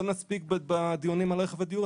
לא נספיק בדיונים על הרכב ועל הדיור?